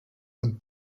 und